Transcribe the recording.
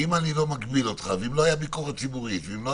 אם אני לא מגביל אותך ואם לא הייתה ביקורת ציבורית ועוד,